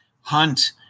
Hunt